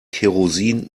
kerosin